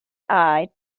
eye